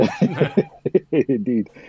Indeed